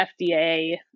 FDA